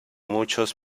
muchos